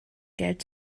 geld